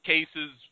cases